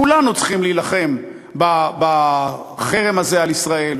כולנו צריכים להילחם בחרם הזה על ישראל,